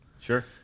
Sure